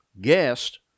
Guest